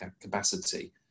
capacity